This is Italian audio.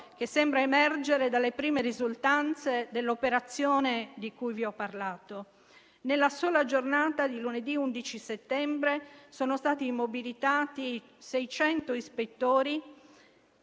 che sembra emergere dalle prime risultanze dell'operazione di cui vi ho parlato. Nella sola giornata di lunedì 11 settembre sono stati mobilitati 600 ispettori,